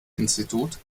institut